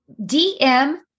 DM